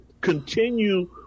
continue